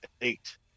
eight